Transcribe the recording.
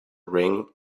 ring